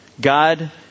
God